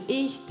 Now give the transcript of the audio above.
ich